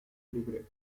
libreto